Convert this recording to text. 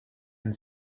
and